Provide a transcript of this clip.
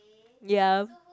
ya